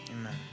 amen